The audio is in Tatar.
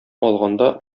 алганда